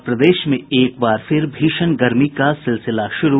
और प्रदेश में एक बार फिर भीषण गर्मी का सिलसिला शुरू